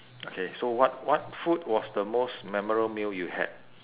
okay so what what food was the most memorable meal you had